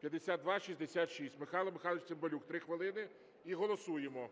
5266. Михайло Михайлович Цимбалюк – 3 хвилини і голосуємо.